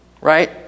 right